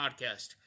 podcast